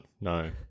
no